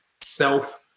self